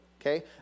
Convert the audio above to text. okay